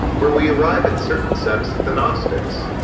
where we arrive at certain sects of the gnostics.